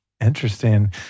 Interesting